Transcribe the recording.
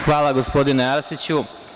Hvala, gospodine Arsiću.